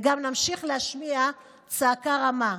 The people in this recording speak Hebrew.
וגם נמשיך להשמיע צעקה רמה,